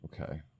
Okay